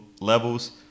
levels